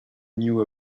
knew